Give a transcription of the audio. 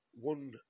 one